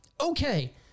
Okay